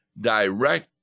direct